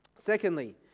Secondly